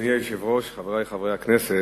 אדוני היושב-ראש, חברי חברי הכנסת,